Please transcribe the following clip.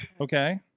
Okay